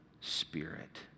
spirit